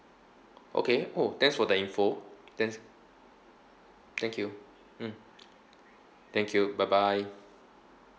okay oh thanks for the info thanks thank you mm thank you bye bye